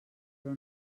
però